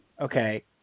okay